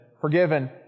forgiven